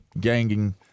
ganging –